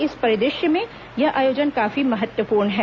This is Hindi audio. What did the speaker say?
इस परिदृश्य में यह आयोजन काफी महत्वपूर्ण है